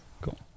Cool